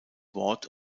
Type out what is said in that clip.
wort